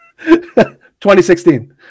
2016